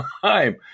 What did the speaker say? time